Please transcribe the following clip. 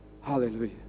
Hallelujah